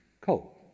coal